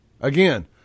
Again